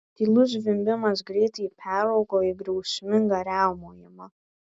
tylus zvimbimas greitai peraugo į griausmingą riaumojimą